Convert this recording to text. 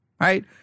right